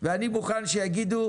ואני בוכה על שיגידו